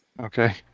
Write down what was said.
Okay